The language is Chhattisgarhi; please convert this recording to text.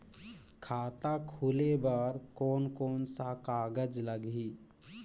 खाता खुले बार कोन कोन सा कागज़ लगही?